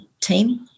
team